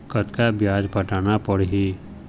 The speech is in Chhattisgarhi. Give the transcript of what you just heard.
कतका ब्याज पटाना पड़ही?